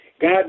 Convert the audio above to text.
God